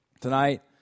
Tonight